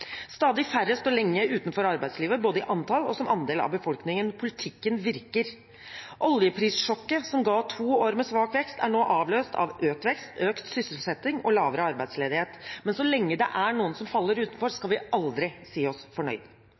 Stadig færre står lenge utenfor arbeidslivet, både i antall og som andel av befolkningen. Politikken virker. Oljeprissjokket som ga to år med svak vekst, er nå avløst av økt vekst, økt sysselsetting og lavere arbeidsledighet. Men så lenge det er noen som faller utenfor, skal vi aldri si oss fornøyd.